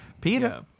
Peter